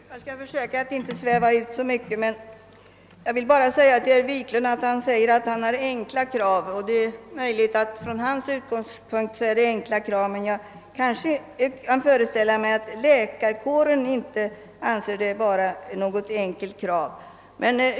Herr talman! Jag skall försöka att inte sväva ut så mycket. Herr Wiklund i Stockholm säger att han har enkla krav. Det är möjligt att de är enkla från hans utgångspunkt sett, men jag föreställer mig att läkarkåren kanske inte anser att kraven är så enkla.